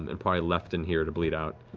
and probably left in here to bleed out.